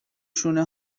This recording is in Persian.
شونه